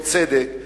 בצדק.